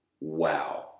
Wow